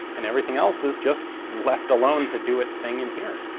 and everything else is just left alone to do its thing in here.